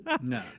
No